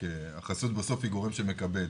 החסות בסוף היא גורם שמקבל,